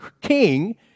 king